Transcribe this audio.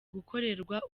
gukorerwa